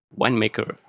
winemaker